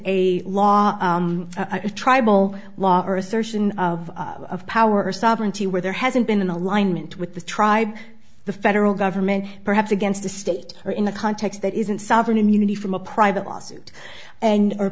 a law a tribal law or assertion of power sovereignty where there hasn't been an alignment with the tribe the federal government perhaps against the state or in a context that isn't sovereign immunity from a private lawsuit and